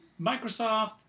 Microsoft